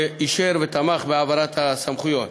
שאישר ותמך בהעברת הסמכויות,